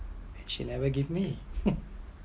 she never give me